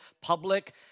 public